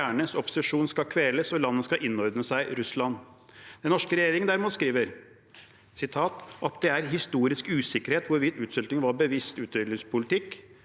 opposisjonen skal kveles, og landet skal innordne seg Russland. Den norske regjeringen, derimot, skriver at det er historisk usikkerhet om hvorvidt utsultingen var en bevisst utryddelsespolitikk,